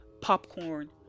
popcorn